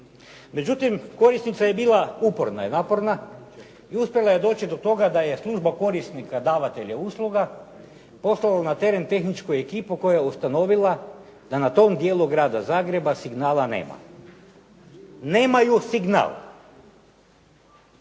Međutim, korisnica je bila uporna i naporna i uspjela je doći do toga da je služba korisnika davatelja usluga poslala na teren tehničku ekipu koja je ustanovila da na tom dijelu Grada Zagreba signala nema. Nemaju signal.